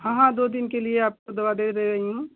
हाँ हाँ दो दिन के लिए आपको दवा दे रही हूँ